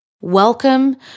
Welcome